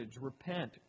Repent